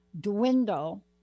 dwindle